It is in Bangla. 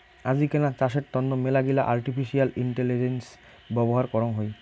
আজিকেনা চাষের তন্ন মেলাগিলা আর্টিফিশিয়াল ইন্টেলিজেন্স ব্যবহার করং হই